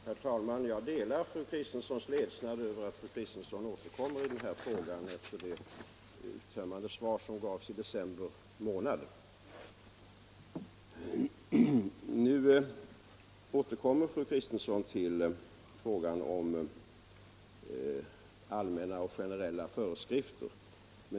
Herr talman! Jag delar fru Kristenssons ledsnad över att fru Kristensson återkommer i denna fråga efter det uttömmande svaret som gavs i december månad. Nu återkommer fru Kristensson till frågan om generella föreskrifter.